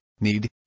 need